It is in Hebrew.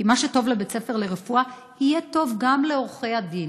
כי מה שטוב לבית ספר לרפואה יהיה טוב גם לעורכי הדין.